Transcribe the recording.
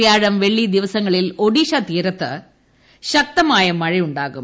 വ്യാഴം വെള്ളി ദിവസങ്ങളിൽ ഒഡീഷ തീരത്ത് ശക്തമായ മഴയണ്ടാകും